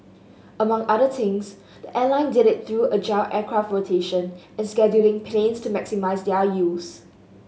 among other things the airline did it through agile aircraft rotation and scheduling planes to maximise their use